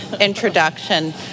introduction